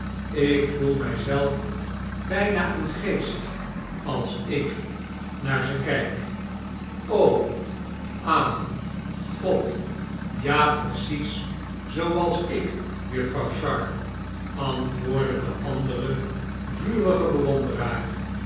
ik voel mijzelf bijna een geest als ik naar ze kijk ah god ja precies zooals ik juffrouw sharp antwoordde de andere vurige bewonderaar